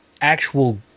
actual